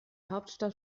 hauptstadt